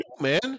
man